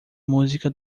música